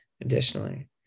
additionally